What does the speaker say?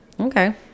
Okay